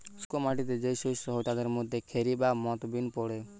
শুষ্ক মাটিতে যেই শস্য হয় তাদের মধ্যে খেরি বা মথ বিন পড়ে